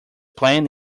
plan